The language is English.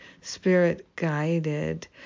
spirit-guided